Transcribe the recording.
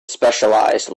specialized